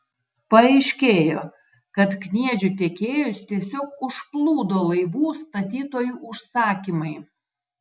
paaiškėjo kad kniedžių tiekėjus tiesiog užplūdo laivų statytojų užsakymai